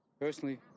Personally